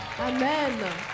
Amen